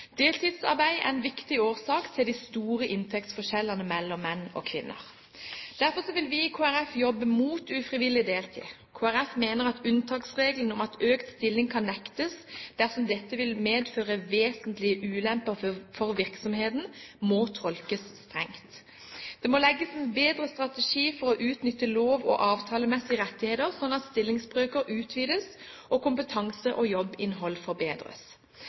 Deltidsarbeid er en viktig årsak til de store inntektsforskjellene mellom menn og kvinner. Derfor vil vi i Kristelig Folkeparti jobbe mot ufrivillig deltid. Kristelig Folkeparti mener at unntaksregelen om at økt stilling kan nektes dersom dette vil medføre «vesentlig ulempe for virksomheten», må tolkes strengt. Det må legges en bedre strategi for å utnytte lov- og avtalemessige rettigheter slik at stillingsbrøker utvides og kompetanse og jobbinnhold forbedres.